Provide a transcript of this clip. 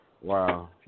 Wow